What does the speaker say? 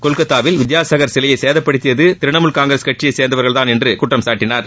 கொல்கத்தாவில் வித்யாசாகர் சிலையை சேதப்படுத்தியது திரிணாமூல் காங்கிரஸ் கட்சியை சேர்ந்தவர்கள்தான் என்று குற்றம்சாட்டினார்